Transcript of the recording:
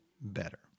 better